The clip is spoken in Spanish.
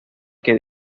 que